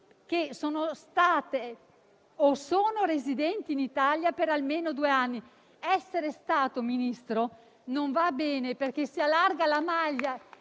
che sono state o sono residenti in Italia per almeno due anni. Essere stato residente, signor Ministro, non va bene, perché si allarga la maglia